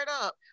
up